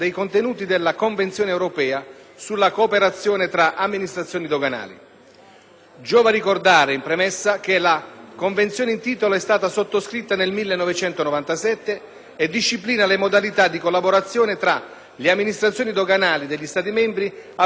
Giova ricordare in premessa che la Convenzione in titolo è stata sottoscritta nel 1997 e disciplina le modalità di collaborazione tra le amministrazioni doganali degli Stati membri al fine di prevenire, accertare e reprimere le violazioni alla normativa doganale,